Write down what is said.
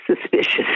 suspicious